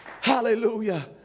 Hallelujah